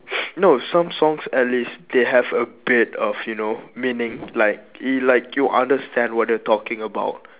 no some songs at least they have a bit of you know meaning like it like you understand what they're talking about